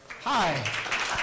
Hi